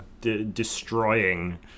Destroying